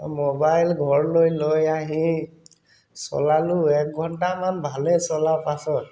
mobile ঘৰলৈ লৈ আহি চলালোঁ একঘণ্টামান ভালে চলা পাছত